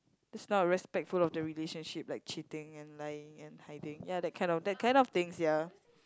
that's not respectful of the relationship like cheating and lying and hiding ya that kind of that kind of things ya